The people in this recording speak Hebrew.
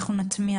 נטמיע